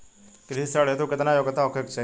कृषि ऋण हेतू केतना योग्यता होखे के चाहीं?